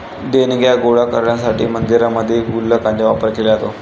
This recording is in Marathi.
देणग्या गोळा करण्यासाठी मंदिरांमध्येही गुल्लकांचा वापर केला जातो